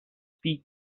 speak